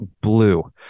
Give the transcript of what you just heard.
blue